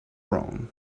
wrong